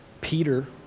Peter